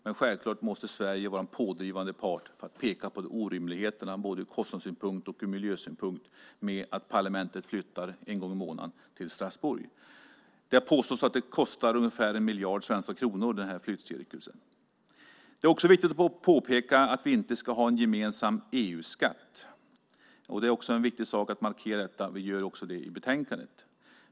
Men självklart måste Sverige vara en pådrivande part i att peka på orimligheterna både ur kostnadssynpunkt och ur miljösynpunkt med att parlamentet en gång i månaden flyttar till Strasbourg. Det har påståtts att flyttcirkusen kostar ungefär en miljard svenska kronor. Det är också viktigt att påpeka att vi inte ska ha en gemensam EU-skatt. Det är en viktig sak att markera detta, och vi gör det i utlåtandet.